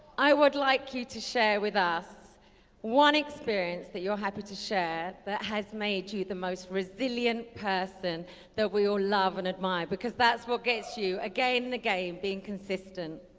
i would like you to share with us one experience that you're happy to share that has made you the most resilient person that we all love and admire, because that's what gets you again and again being consistent.